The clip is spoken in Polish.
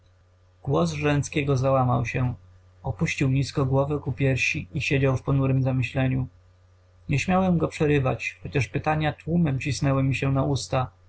głos żręckiego załamał się opuścił nizko głowę ku piersi i siedział w ponurem zamyśleniu nie śmiałem go przerywać chociaż pytania tłumem cisnęły mi się na usta